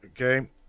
okay